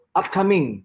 upcoming